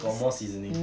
got more seasoning